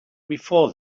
before